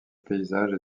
paysages